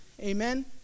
amen